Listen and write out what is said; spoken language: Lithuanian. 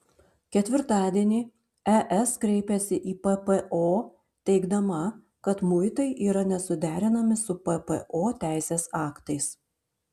ketvirtadienį es kreipėsi į ppo teigdama kad muitai yra nesuderinami su ppo teisės aktais